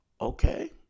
Okay